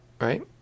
right